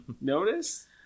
Notice